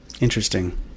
Interesting